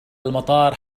المطار